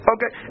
Okay